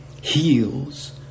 heals